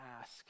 ask